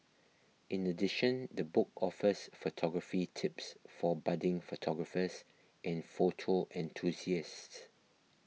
in addition the book offers photography tips for budding photographers and photo enthusiasts